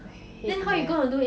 I hate math